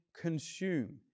consume